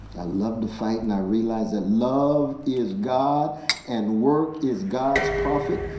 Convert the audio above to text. i loved the fight and i realized that love is god and work is god's prophet,